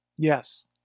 Yes